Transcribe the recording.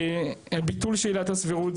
הביטול של עילת הסבירות,